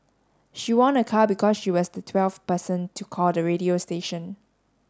she won a car because she was the twelfth person to call the radio station